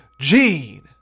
Gene